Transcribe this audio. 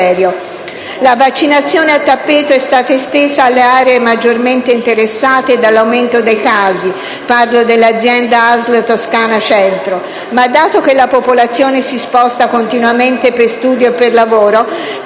La vaccinazione a tappeto è stata estesa alle aree maggiormente interessate dall'aumento dei casi (parlo dell'azienda ASL Toscana centro), ma dato che la popolazione si sposta continuamente per studio o per lavoro,